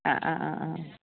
ആ ആ അ